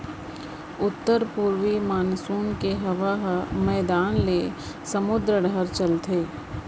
उत्तर पूरवी मानसून के हवा ह मैदान ले समुंद डहर चलथे